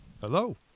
Hello